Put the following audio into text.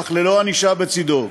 אך ללא ענישה בצדו.